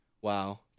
Wow